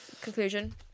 conclusion